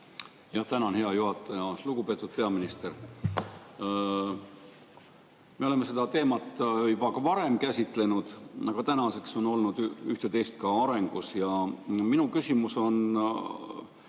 Tänan, hea juhataja! Lugupeetud peaminister! Me oleme seda teemat juba varem käsitlenud, aga tänaseks on olnud üht‑teist ka arengus. Ja minu küsimus algab